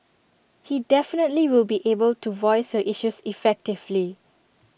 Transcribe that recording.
he definitely will be able to voice your issues effectively